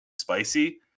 spicy